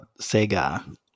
Sega